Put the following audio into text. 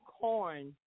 corn